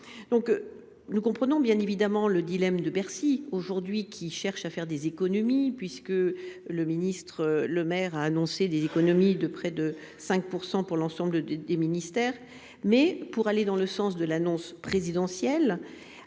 Donc. Nous comprenons bien évidemment le dilemme de Bercy aujourd'hui qui cherche à faire des économies puisque le ministre. Le maire a annoncé des économies de près de 5% pour l'ensemble des ministères. Mais pour aller dans le sens de l'annonce présidentielle